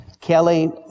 Kelly